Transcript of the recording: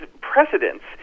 precedents